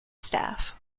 staff